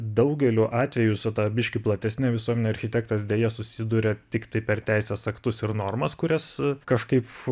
daugeliu atvejų su ta biškį platesne visuomene architektas deja susiduria tiktai per teisės aktus ir normas kurias kažkaip